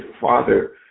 Father